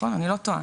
נכון אני לא טועה?